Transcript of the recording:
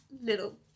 little